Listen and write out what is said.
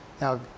Now